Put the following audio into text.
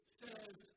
says